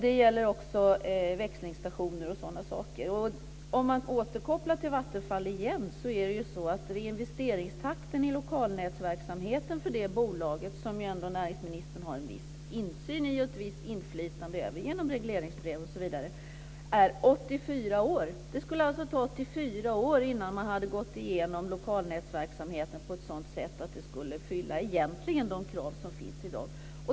Det gäller också växlingsstationer m.m. För att återgå till Vattenfall är det så att reinvesteringstakten i lokalnätverksamheten för det bolaget, som ju näringsministern ändå har en viss insyn i och inflytande över genom regleringsbrev osv., är 84 år. Det skulle alltså ta 84 år innan man hade gått igenom lokalnätverksamheten på ett sådant sätt att det skulle uppfylla de krav som finns i dag.